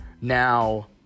Now